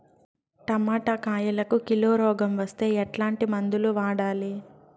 Tomato కాయలకు kilo రోగం వస్తే ఎట్లాంటి మందులు వాడాలి?